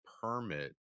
permit